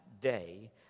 day